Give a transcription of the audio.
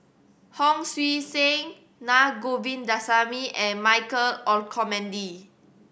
Hon Sui Sen Naa Govindasamy and Michael Olcomendy